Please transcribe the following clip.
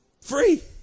Free